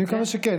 אני מקווה שכן.